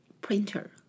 printer